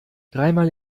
dreimal